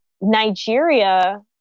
Nigeria